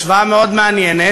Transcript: השוואה מאוד מעניינת,